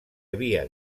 havia